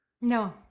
no